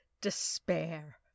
despair